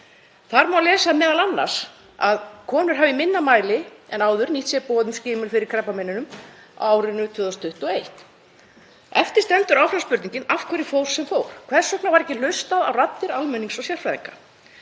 Þar má lesa m.a. að konur hafi í minna mæli en áður nýtt sér boð um skimun fyrir krabbameinum á árinu 2021. Eftir stendur áfram spurningin: Af hverju fór sem fór? Hvers vegna var ekki hlustað á raddir almennings og sérfræðinga?